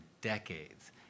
decades